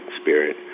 spirit